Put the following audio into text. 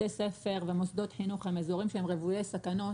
בתי ספר ומוסדות חינוך הם אזורים שהם רוויי סכנות,